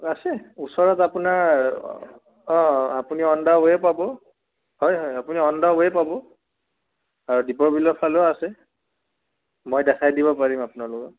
আছে ওচৰত আপোনাৰ অ' আপুনি অন দ্যা ৱে' পাব হয় হয় আপুনি অন দ্যা ৱে' পাব আৰু দীপৰ বিলৰ ফালেও আছে মই দেখাই দিব পাৰিম আপোনালোকক